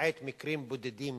למעט מקרים בודדים